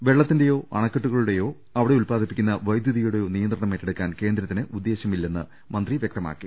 വെള്ളത്തിന്റെയോ അണക്കെട്ടുകളുടെയോ അവിടെ ഉത്പാദിപ്പിക്കുന്ന വൈദ്യുതിയുടെയോ നിയന്ത്രണം ഏറ്റെടുക്കാൻ കേന്ദ്രത്തിന് ഉദ്ദേശൃമില്ലെന്ന് മന്ത്രി വൃക്തമാക്കി